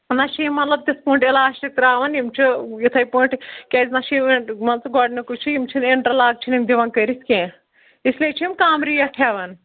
نہ چھِ یِم مطلب تِتھ پٲٹھۍ علاسٹِکۍ ترٛاوان یِم چھِ یِتھَے پٲٹھۍ کیٛازِ نہ چھِ یِم مان ژٕ گۄڈنِکُے چھُ یِم چھِنہٕ اِنٹرلاک چھِنہٕ یِم دِوَان کٔرِتھ کیٚنٛہہ اِس لیے چھِ یِم کَم ریٹ ہٮ۪وَان